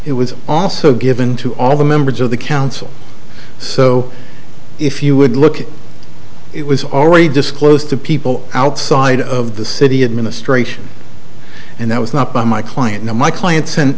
was also given to all the members of the council so if you would look at it was already disclosed to people outside of the city administration and that was not by my client no my clients and